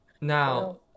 Now